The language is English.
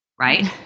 right